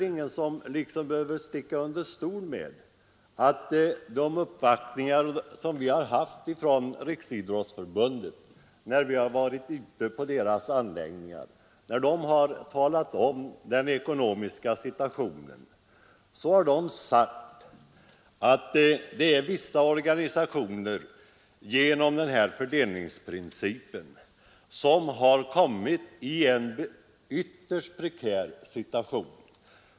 Ingen behöver väl sticka under stol med att man från Riksidrottsförbundet vid de uppvaktningar som gjorts när vi besökt dess anläggningar har talat om den ekonomiska situationen och sagt att vissa organisationer genom den här fördelningsprincipen har hamnat i en ytterst prekär situation.